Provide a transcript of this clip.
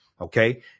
Okay